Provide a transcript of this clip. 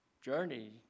journey